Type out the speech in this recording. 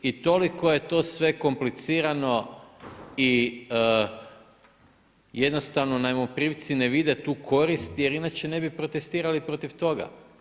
I toliko je to sve komplicirano i jednostavno najmoprimci ne vide tu korist jer inače ne bi protestirali protiv toga.